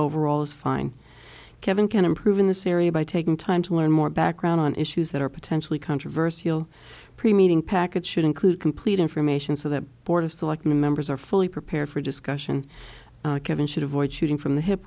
overall is fine kevin can improve in this area by taking time to learn more background on issues that are potentially controversial pre meeting package should include complete information so that board of selectmen members are fully prepared for discussion kevin should avoid shooting from the hip